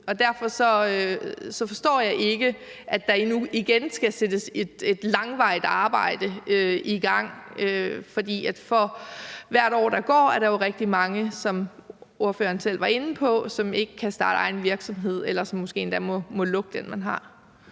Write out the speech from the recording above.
Derfor forstår jeg ikke, at der nu igen skal sættes et langvarigt arbejde i gang. For for hvert år, der går, er der jo rigtig mange, hvad ordføreren selv var inde på, som ikke kan starte egen virksomhed, eller som måske endda må lukke den, de har.